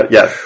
Yes